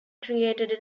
created